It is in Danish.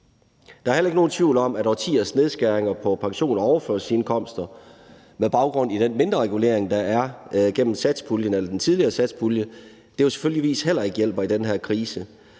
Der er heller ingen tvivl om, at årtiers nedskæringer på pension og overførselsindkomster med baggrund i den mindreregulering, der er gennem satspuljen eller den tidligere satspulje, selvfølgelig heller ikke hjælper i den her krise